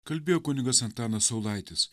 kalbėjo kunigas antanas saulaitis